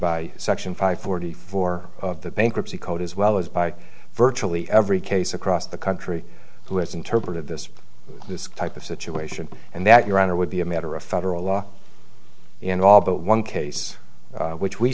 by section five forty four of the bankruptcy code as well as by virtually every case across the country who has interpreted this this type of situation and that your honor would be a matter of federal law in all but one case which we